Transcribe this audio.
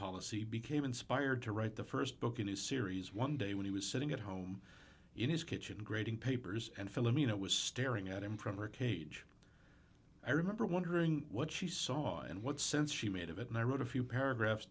policy became inspired to write the st book in the series one day when he was sitting at home in his kitchen grading papers and philomena was staring at him from her cage i remember wondering what she saw and what sense she made of it and i wrote a few paragraphs